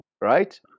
Right